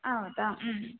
ಹೌದಾ ಹ್ಞ್